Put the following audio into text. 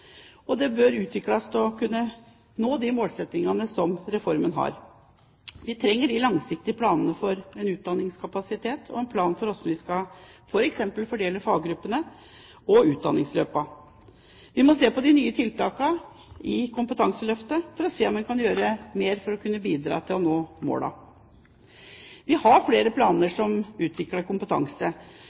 og det bør utvikles til å nå de målsettingene som reformen har. Vi trenger langsiktige planer for utdanningskapasitet og en plan for hvordan vi f.eks. skal fordele faggruppene og utdanningsløpene. Vi må se på de nye tiltakene i Kompetanseløftet for å se om en kan gjøre mer for å bidra til å nå målene. Vi har flere planer om å utvikle kompetanse,